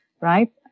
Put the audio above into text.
right